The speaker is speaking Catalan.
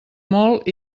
molt